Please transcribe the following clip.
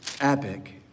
Epic